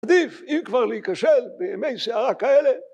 עדיף, אם כבר, להיכשל, בימי סערה כאלה.